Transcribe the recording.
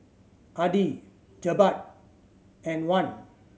Adi Jebat and Wan